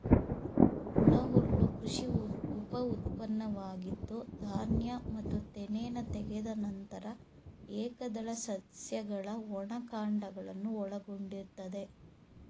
ಒಣಹುಲ್ಲು ಕೃಷಿ ಉಪಉತ್ಪನ್ನವಾಗಿದ್ದು ಧಾನ್ಯ ಮತ್ತು ತೆನೆನ ತೆಗೆದ ನಂತರ ಏಕದಳ ಸಸ್ಯಗಳ ಒಣ ಕಾಂಡಗಳನ್ನು ಒಳಗೊಂಡಿರ್ತದೆ